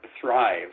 thrive